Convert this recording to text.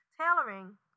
tailoring